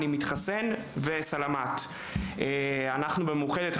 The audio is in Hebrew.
אנחנו במאוחדת,